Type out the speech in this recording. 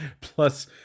plus